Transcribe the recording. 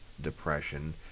depression